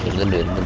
little bit